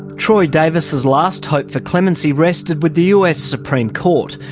troy davis's last hope for clemency rested with the us supreme court.